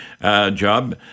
job